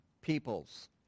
peoples